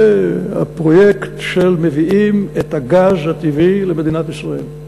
זה הפרויקט שמביאים את הגז הטבעי למדינת ישראל.